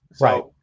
right